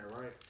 right